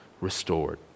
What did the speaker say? restored